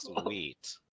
Sweet